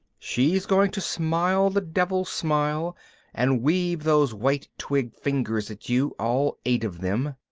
she's going to smile the devil-smile and weave those white twig-fingers at you, all eight of them.